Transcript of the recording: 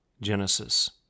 Genesis